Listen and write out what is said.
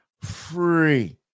free